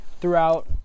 throughout